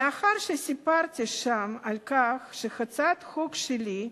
לאחר שסיפרתי שם על כך שהצעת חוק שלי,